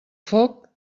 foc